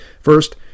First